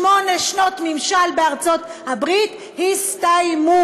שמונה שנות ממשל בארצות-הברית הסתיימו.